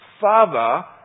Father